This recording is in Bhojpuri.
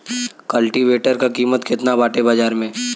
कल्टी वेटर क कीमत केतना बाटे बाजार में?